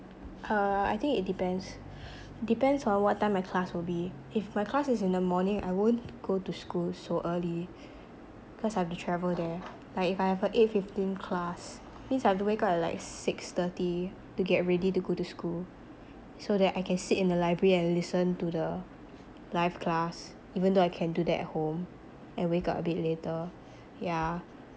uh I think it depends depends on what time my class will be if my class is in the morning I won't go to school so early cause I'll have to travel there like if I have a eight fifteen class means I have to wake up at like six thirty to get ready to go to school so that I can sit in the library and listen to the live class even though I can do that at home and wake up a bit later yeah